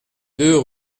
deux